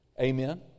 Amen